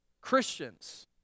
Christians